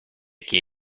che